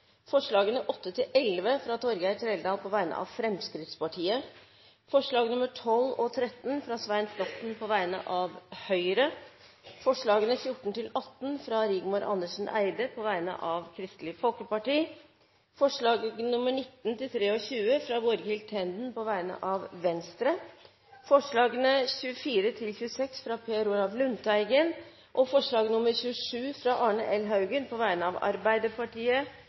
forslagene nr. 8–11, fra Torgeir Trældal på vegne av Fremskrittspartiet forslagene nr. 12 og 13, fra Svein Flåtten på vegne av Høyre forslagene nr. 14–18, fra Rigmor Andersen Eide på vegne av Kristelig Folkeparti forslagene nr. 19–23, fra Borghild Tenden på vegne av Venstre forslagene nr. 24–26, fra Per Olaf Lundteigen forslag nr. 27, fra Arne L. Haugen på vegne av Arbeiderpartiet,